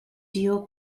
deal